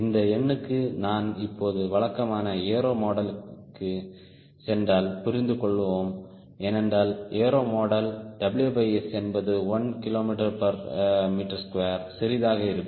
இந்த எண்ணுக்கு நான் இப்போது வழக்கமான ஏரோ மாடலுக்குச் சென்றால் புரிந்துகொள்வோம் ஏனென்றால் ஏரோ மாடல் WS என்பது 1 kgm2 சிறியதாக இருக்கும்